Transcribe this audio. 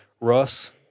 Russ